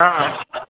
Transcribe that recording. हाँ हाँ